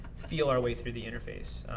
feel our way through the interface.